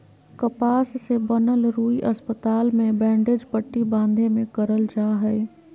कपास से बनल रुई अस्पताल मे बैंडेज पट्टी बाँधे मे करल जा हय